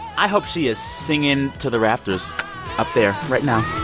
i hope she is singing to the rafters up there right now